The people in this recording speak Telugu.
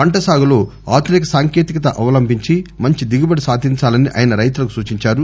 పంట సాగులో ఆధునిక సాంకేతికత అవలంభించి మంచి దిగుబడి సాధించాలని ఆయన రైతులకు సూచించారు